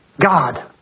God